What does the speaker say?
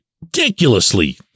ridiculously